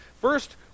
First